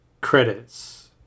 credits